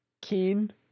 keen